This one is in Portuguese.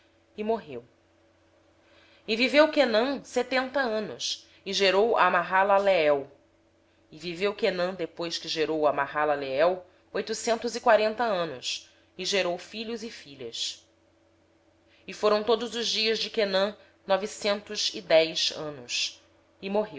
morreu quenã viveu setenta anos e gerou a maalalel viveu quenã depois que gerou a maalalel oitocentos e quarenta anos e gerou filhos e filhas todos os dias de quenã foram novecentos e dez anos